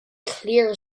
clear